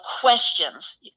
questions